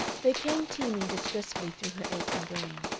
they came teeming distressfully through her aching brain